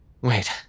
Wait